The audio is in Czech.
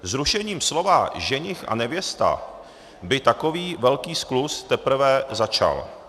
Zrušením slova ženich a nevěsta by takový velký skluz teprve začal.